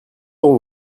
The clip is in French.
heure